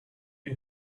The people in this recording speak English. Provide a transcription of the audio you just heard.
you